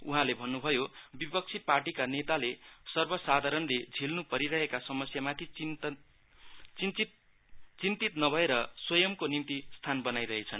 उहाँले भन्नुभयो विपक्षी पार्टीका नेताले सर्वसाधारणले झेल्नु परिरहेका समस्यमाथि चिन्तित नभएर स्वयमको निम्ति स्थान बनाइरहे छन्